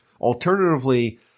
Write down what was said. Alternatively